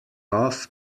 off